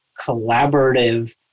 collaborative